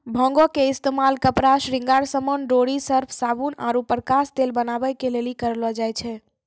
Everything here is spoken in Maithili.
भांगो के इस्तेमाल कपड़ा, श्रृंगार समान, डोरी, सर्फ, साबुन आरु प्रकाश तेल बनाबै के लेली करलो जाय छै